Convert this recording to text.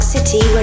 City